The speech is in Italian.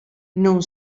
non